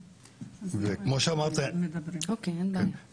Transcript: כמו שאמרתי אני בא משם,